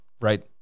right